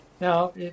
Now